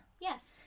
Yes